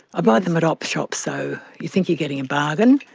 ah buy them at op shops though. you think you're getting a bargain,